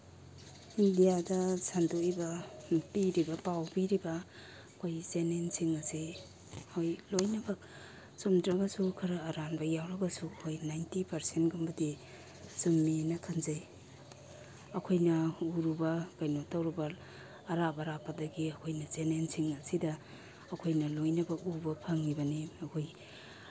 ꯏꯟꯗꯤꯌꯥꯗ ꯁꯟꯇꯣꯛꯏꯕ ꯄꯤꯔꯤꯕ ꯄꯥꯎ ꯄꯤꯔꯤꯕ ꯑꯩꯈꯣꯏ ꯆꯦꯅꯦꯜꯁꯤꯡ ꯑꯁꯤ ꯍꯣꯏ ꯂꯣꯏꯅꯕꯛ ꯆꯨꯝꯗ꯭ꯔꯒꯁꯨ ꯈꯔ ꯑꯔꯥꯟꯕ ꯌꯥꯎꯔꯒꯁꯨ ꯑꯩꯈꯣꯏ ꯅꯥꯏꯟꯇꯤ ꯄꯥꯔꯁꯦꯟꯒꯨꯝꯕꯗꯤ ꯆꯨꯝꯃꯤꯅ ꯈꯟꯖꯩ ꯑꯩꯈꯣꯏꯅ ꯎꯔꯨꯕ ꯀꯩꯅꯣ ꯇꯧꯔꯨꯕ ꯑꯔꯥꯞ ꯑꯔꯥꯞꯄꯗꯒꯤ ꯑꯩꯈꯣꯏꯅ ꯆꯦꯅꯦꯜꯁꯤꯡ ꯑꯁꯤꯗ ꯑꯩꯈꯣꯏꯅ ꯂꯣꯏꯅꯕꯛ ꯎꯕ ꯐꯪꯉꯤꯕꯅꯤ ꯑꯩꯈꯣꯏ